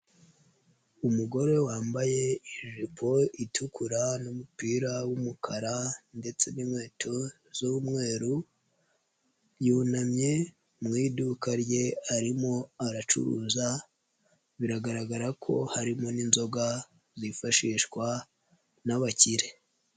Umugore wambaye ijipo itukura n'umupira w'umukara ndetse n'inkweto z'umweru yunamye mu iduka rye arimo aracuruza biragaragara ko harimo n'inzoga zifashishwa n'abakire.